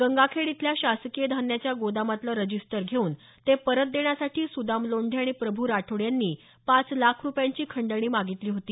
गंगाखेड इथल्या शासकीय धान्याच्या गोदामातलं रजिस्टर घेऊन ते परत देण्यासाठी सुदाम लोंढे आणि प्रभू राठोड यांनी पाच लाख रुपयांची खंडणी मागितली होती